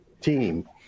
team